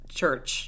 church